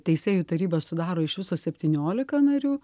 teisėjų tarybą sudaro iš viso septyniolika narių